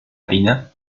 harina